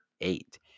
eight